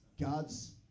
God's